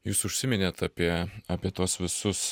jūs užsiminėt apie apie tuos visus